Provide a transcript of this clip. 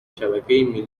شبکهای